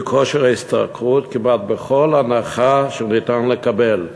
כושר ההשתכרות כמעט בכל הנחה שניתן לקבל,